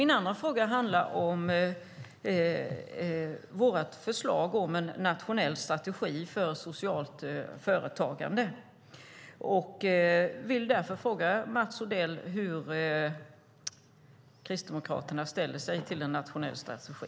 Min andra fråga handlar om vårt förslag om en nationell strategi för socialt företagande. Hur ställer sig Kristdemokraterna till en nationell strategi?